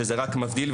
כשזה רק מבדיל,